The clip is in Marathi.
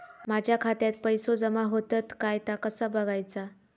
माझ्या खात्यात पैसो जमा होतत काय ता कसा बगायचा?